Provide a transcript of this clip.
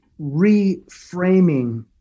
reframing